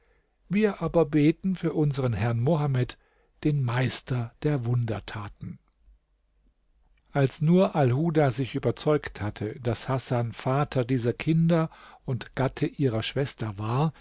wir aber beten für unsern herrn mohammed den meister der wundertaten als nur alhuda sich überzeugt hatte daß hasan vater dieser kinder und gatte ihrer schwester war